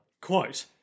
Quote